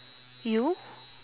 you